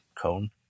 Cone